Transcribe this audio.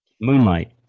Moonlight